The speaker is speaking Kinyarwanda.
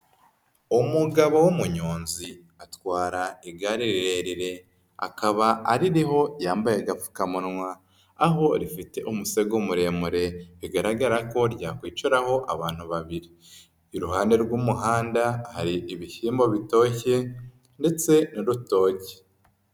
Umugabo w'umuyonzi atwara igare rirerire, akaba aririho yambaye agapfukamunwa, aho rifite umusego muremure bigaragara ko ryakwicaraho abantu babiri. Iruhande rw'umuhanda hari ibishyimbo bitoshye, ndetse n'urutoki.